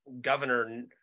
governor